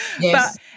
Yes